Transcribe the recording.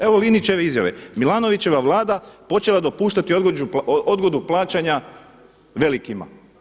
Evo Liničeve izjave, Milanovićeva vlada počeka dopuštati odgodu plaćanja velikima.